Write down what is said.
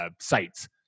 sites